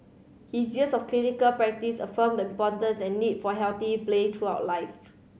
his years of clinical practice affirmed the importance and need for healthy play throughout life